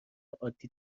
عادی